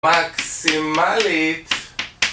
מקסימלית!